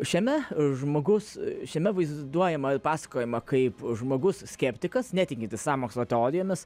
šiame žmogus šiame vaizduojama pasakojama kaip žmogus skeptikas netikintis sąmokslo teorijomis